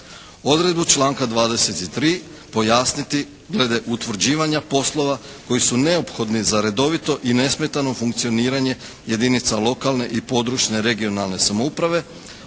Odredbu članka 23. pojasniti glede utvrđivanja poslova koji su neophodni za redovito i nesmetano funkcioniranje jedinica lokalne i područne (regionalne) samouprave